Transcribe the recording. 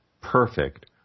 perfect